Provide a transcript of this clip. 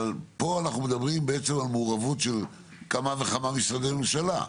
אבל פה אנחנו מדברים על מעורבות של כמה וכמה משרדי ממשלה.